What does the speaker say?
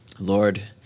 Lord